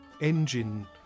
engine